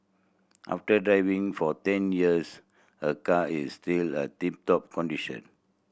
after driving for ten years her car is still a tip top condition